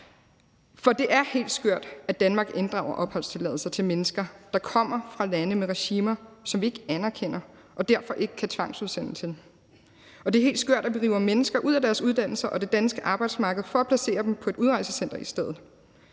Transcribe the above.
For det er helt skørt, at Danmark inddrager opholdstilladelser til mennesker, der kommer fra lande med regimer, som vi ikke anerkender og derfor ikke kan tvangsudsende til. Det er helt skørt, at vi river mennesker ud af deres uddannelser og det danske arbejdsmarked for at placere dem på et udrejsecenter i stedet.